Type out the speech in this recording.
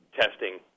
testing